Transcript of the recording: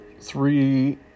three